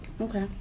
Okay